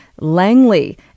Langley